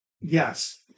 Yes